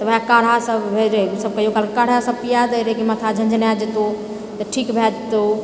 तऽ ओएह काढ़ा सब रहै जे सब कहियो काल काढ़ा सब पिआ दै रहै कि माथा झनझनाए जेतौ तऽ ठीक भए जेतौ